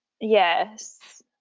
Yes